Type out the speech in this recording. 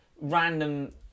random